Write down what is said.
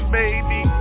baby